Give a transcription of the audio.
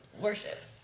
worship